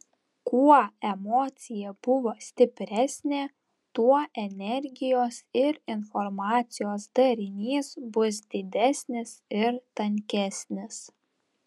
kuo emocija buvo stipresnė tuo energijos ir informacijos darinys bus didesnis ir tankesnis